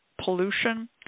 pollution